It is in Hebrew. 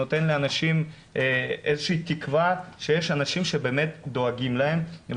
שנותן לאנשים איזה שהיא תקווה שיש אנשים שבאמת דואגים להם.